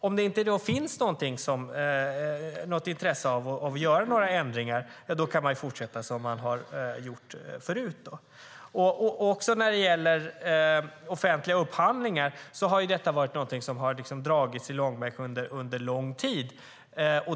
Om det inte finns något intresse av att göra några förändringar, då kan man fortsätta som man har gjort förut. När det gäller offentliga upphandlingar har detta varit något som har dragits i långbänk.